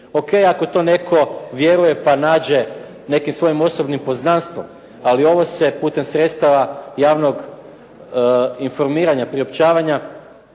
Ok ako to netko vjeruje, pa nađe neki svojim osobnim poznanstvom, ali ovo se putem sredstava javnog informiranja, priopćavanja